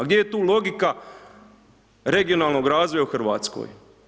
Gdje je tu logika regionalnog razvoja u Hrvatskoj?